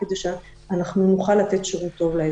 כדי שנוכל לתת שירות טוב לאזרח.